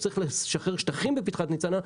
כשצריך לשחרר שטחים בפתחת ניצנה,